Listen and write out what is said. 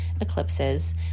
eclipses